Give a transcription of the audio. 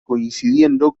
coincidiendo